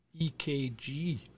EKG